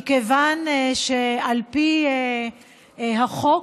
מכיוון שעל פי החוק